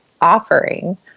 offering